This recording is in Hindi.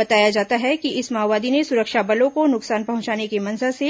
बताया जाता है कि इस माओवादी ने सुरक्षा बलों को नुकसान पहुंचाने की मंशा से